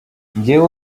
njyewe